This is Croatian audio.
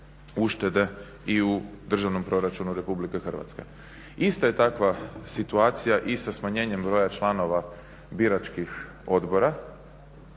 uštede i u Državnom proračunu Republike Hrvatske. Ista je takva situacija i sa smanjenjem broja članova biračkih odbora